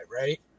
right